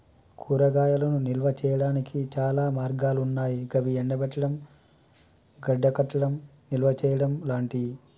కూరగాయలను నిల్వ చేయనీకి చాలా మార్గాలన్నాయి గవి ఎండబెట్టడం, గడ్డకట్టడం, నిల్వచేయడం లాంటియి